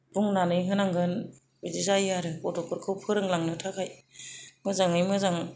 बुंनानै होनांगोन बिदि जायो आरो गथ'फोरखौ फोरोंलांनो थाखाय मोजांयै मोजां